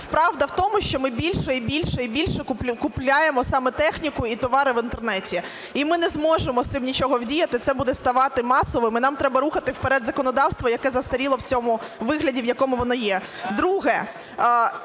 Правда в тому, що ми більше і більше, і більше купляємо саме техніку і товари в інтернеті. І ми не зможемо з цим нічого вдіяти, це буде ставати масовим і нам треба рухати вперед законодавство, яке застаріло в цьому вигляді, в якому воно є. Друге.